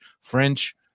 French